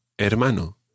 hermano